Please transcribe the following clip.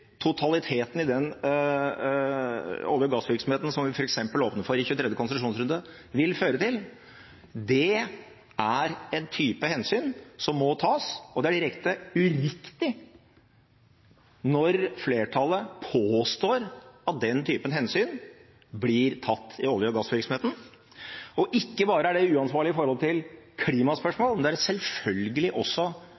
totaliteten i f.eks. den olje- og gassvirksomheten som vi åpner for i 23. konsesjonsrunde, vil føre til. Dette er en type hensyn som må tas, og det er direkte uriktig når flertallet påstår at den typen hensyn blir tatt i olje- og gassvirksomheten. Og det er ikke bare uansvarlig i forhold til klimaspørsmålet, men det er selvfølgelig også uansvarlig i forhold til